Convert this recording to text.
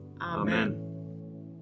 Amen